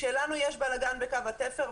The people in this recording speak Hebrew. כשלנו יש בלגאן בקו התפר,